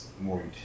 more